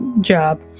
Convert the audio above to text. job